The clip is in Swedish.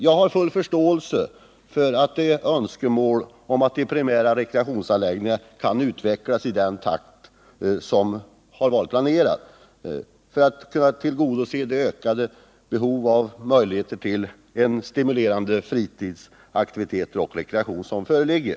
Jag har full förståelse för önskemålet om att de primära rekreationsanläggningarna utvecklas i den takt som de har varit planerade för och att de skall kunna tillgodose det ökade behov av möjligheter till stimulerande fritidsaktivitet och rekreation som föreligger.